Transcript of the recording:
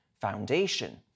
Foundation